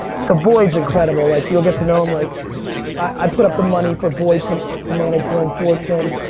so, boyd's incredible. like you'll get to know him. like i put up the money for boyd to to manage rome fortune.